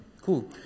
Cool